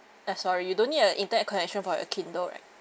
eh sorry you don't need an internet connection for your Kindle right